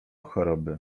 choroby